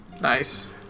Nice